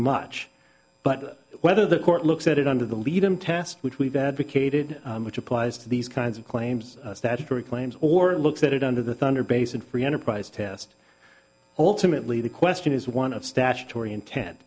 much but whether the court looks at it under the lead i'm test which we've advocated which applies to these kinds of claims statutory claims or looks at it under the thunder basin free enterprise test alternately the question is one of statutory intent